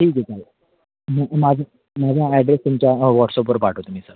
ठीक आहे ठीक आहे चालेल मी माझा माझा हा ॲड्रेस तुमच्या हो वॉट्सअपवर पाठवतो मी सर